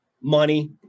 money